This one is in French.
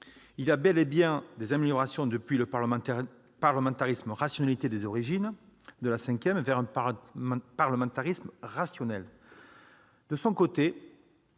y a bel et bien des améliorations depuis le « parlementarisme rationalisé » des origines de la V République vers un « parlementarisme rationnel ». De son côté,